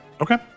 Okay